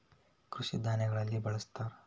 ಕೃಷಿ ಧಾನ್ಯಗಳಲ್ಲಿ ಬಳ್ಸತಾರ